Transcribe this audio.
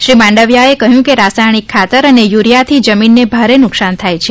શ્રી માંડવિયાએ કહ્યું રસાયણિક ખાતર અને યુરિયાથી જમીનને ભારે નુકશાન થાય છે